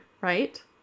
right